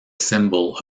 symbol